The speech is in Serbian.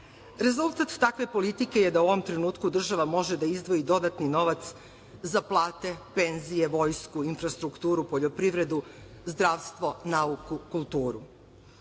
Rezultat takve politike je da u ovom trenutku država može da izdvoji dodatni novac za plate, penzije, vojsku, infrastrukturu, poljoprivredu, zdravstvo, nauku, kulturu. Ovde